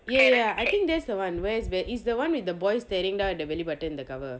ya ya ya I think that's the one where is ben it's the one with the boy staring down the at his belly button in the cover